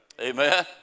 Amen